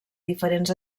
diferents